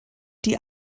die